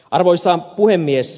arvoisa puhemies